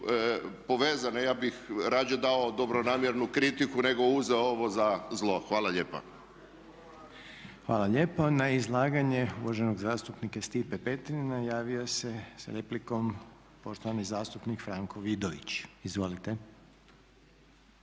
povezane, ja bih rađe dao dobronamjernu kritiku nego uzeo ovo za zlo. Hvala lijepa. **Reiner, Željko (HDZ)** Hvala lijepa. Na izlaganje uvaženog zastupnika Stipe Petrine javio se s replikom poštovani zastupnik Franko Vidović. Izvolite.